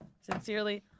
Sincerely